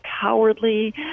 cowardly